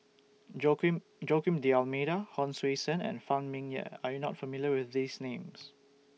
Joaquim Joaquim D'almeida Hon Sui Sen and Phan Ming Yen Are YOU not familiar with These Names